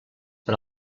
per